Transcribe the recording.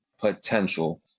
potential